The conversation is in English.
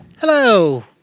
hello